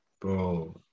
bro